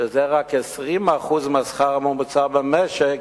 שזה רק 20% מהשכר הממוצע במשק,